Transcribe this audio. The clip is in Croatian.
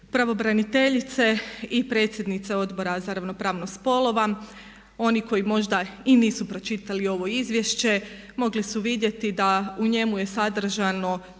pravobraniteljice i predsjednice Odbora za ravnopravnost spolova oni koji možda i nisu pročitali ovo izvješće mogli su vidjeti da u njemu je sadržano